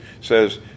says